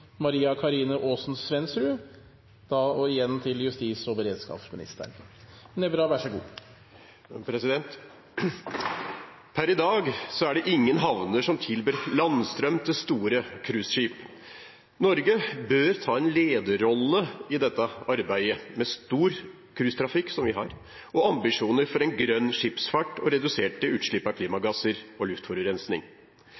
i dag er det ingen havner som tilbyr landstrøm til store cruiseskip. Norge bør ta en lederrolle i dette arbeidet, med stor cruisetrafikk og ambisjoner for en grønn skipsfart og reduserte utslipp av